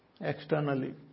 externally